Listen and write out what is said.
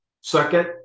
Second